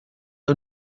who